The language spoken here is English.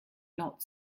not